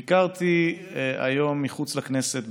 ביקרתי היום מחוץ לכנסת,